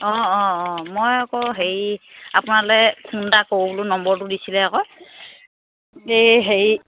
অঁ অঁ অঁ মই আকৌ হেৰি আপোনালৈ ফোন এটা কৰো বোলো নম্বৰটো দিছিলে আকৌ এই হেৰি